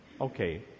Okay